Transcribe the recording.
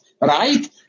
right